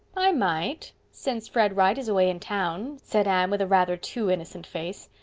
i might. since fred wright is away in town, said anne with a rather too innocent face.